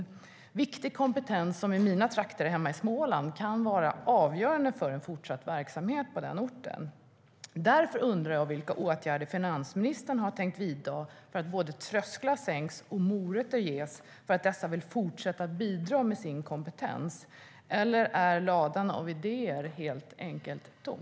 Det är fråga om viktig kompetens som exempelvis i mina trakter hemma i Småland kan vara avgörande för fortsatt verksamhet på orten. Därför undrar jag vilka åtgärder finansministern har tänkt vidta för att sänka trösklar och ge morötter så att dessa personer vill fortsätta att bidra med sin kompetens. Eller är ladan av idéer helt enkelt tom?